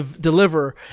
deliver